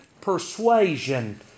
persuasion